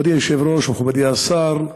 כבוד היושב-ראש, מכובדי השר,